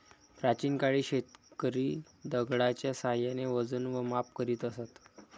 प्राचीन काळी शेतकरी दगडाच्या साहाय्याने वजन व माप करीत असत